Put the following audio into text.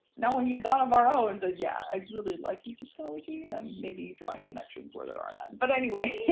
now we need a god of our own. and yeah, i really like egyptology and um maybe drawing connections where there are none. but anyway,